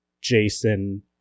Jason